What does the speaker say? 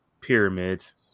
Pyramids